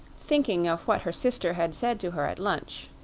thinking of what her sister had said to her at lunch.